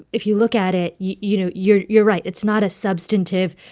if you look at it, you you know, you're you're right. it's not a substantive,